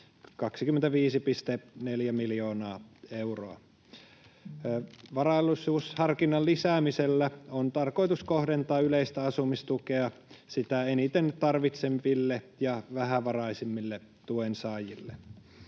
25,4 miljoonaa euroa. Varallisuusharkinnan lisäämisellä on tarkoitus kohdentaa yleistä asumistukea sitä eniten tarvitseville ja vähävaraisimmille tuensaajille,